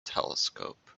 telescope